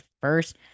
first